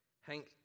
Hank